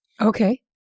Okay